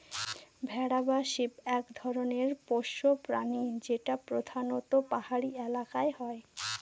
ভেড়া বা শিপ এক ধরনের পোষ্য প্রাণী যেটা প্রধানত পাহাড়ি এলাকায় হয়